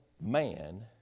man